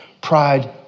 pride